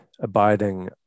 abiding